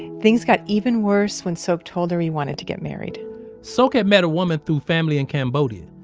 things got even worse when sok told her he wanted to get married sok had met a woman through family in cambodia.